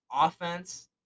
offense